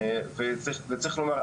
וצריך לומר,